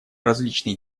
различные